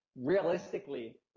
realistically